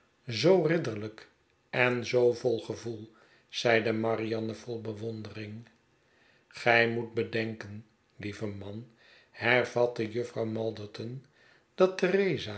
zoo ridderlijk en zoo vol gevoel zeide marianne vol bewondering gij moet bedenken lieve man hervatte jufvrouw malderton dat